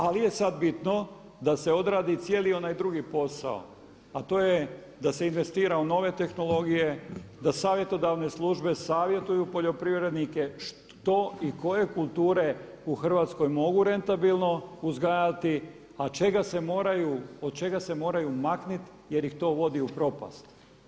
Ali je sada bitno da se odradi cijeli onaj drugi posao, a to je da se investira u nove tehnologije, da savjetodavne službe savjetuju poljoprivrednike što i koje kulture u Hrvatskoj mogu rentabilno uzgajati, a od čega se moraju maknuti jer ih to vodi u prorast.